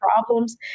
problems